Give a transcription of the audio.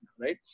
right